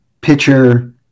pitcher